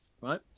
right